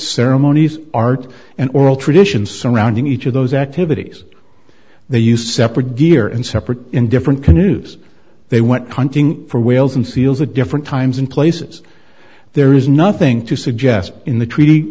ceremonies art and oral traditions surrounding each of those activities they use separate gear and separate in different canoes they went hunting for whales and seals the different times and places there is nothing to suggest in the treaty